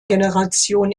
generation